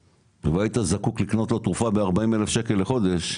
והיית זקוק לקנות לו תרופה ב- 40 אלף שקל לחודש,